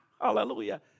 Hallelujah